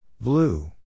Blue